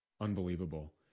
unbelievable